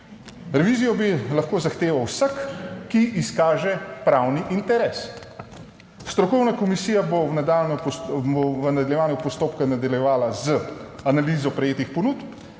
Revizijo bi lahko zahteval vsak, ki izkaže pravni interes. Strokovna komisija bo v nadaljnjem v nadaljevanju postopka nadaljevala z analizo prejetih ponudb,